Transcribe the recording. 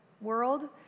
world